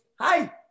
Hi